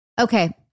Okay